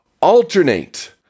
Alternate